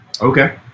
Okay